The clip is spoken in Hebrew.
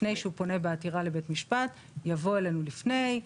לפני שהוא פונה בעתירה לבית משפט יבוא אלינו לפני,